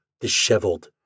disheveled